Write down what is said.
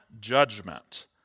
judgment